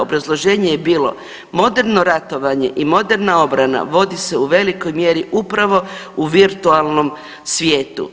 Obrazloženje je bilo moderno ratovanje i moderna obrana vodi se u velikoj mjeri upravo u virtualnom svijetu.